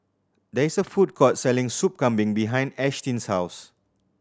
there is a food court selling Soup Kambing behind Ashtyn's house